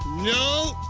no!